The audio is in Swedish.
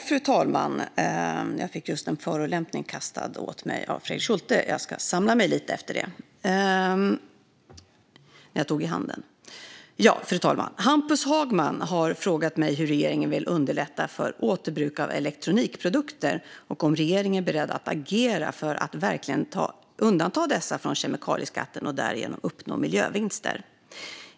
Fru talman! Jag fick just en förolämpning kastad mot mig av Fredrik Schulte när vi tog i hand efter interpellationsdebatten. Jag ska samla mig lite. Fru talman! Hampus Hagman har frågat mig hur regeringen vill underlätta för återbruk av elektronikprodukter och om regeringen är beredd att agera för att verkligen undanta dessa från kemikalieskatten och därigenom uppnå miljövinster.